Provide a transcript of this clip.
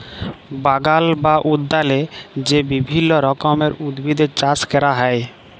বাগাল বা উদ্যালে যে বিভিল্য রকমের উদ্ভিদের চাস ক্যরা হ্যয়